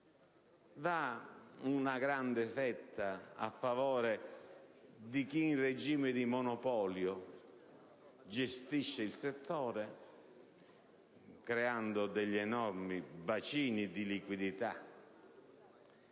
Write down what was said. per una grande fetta, a favore di chi in regime di monopolio gestisce il settore, creando enormi bacini di liquidità